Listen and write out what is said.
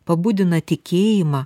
pabudina tikėjimą